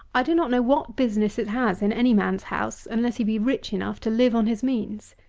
i do not know what business it has in any man's house, unless he be rich enough to live on his means.